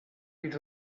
ells